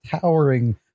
towering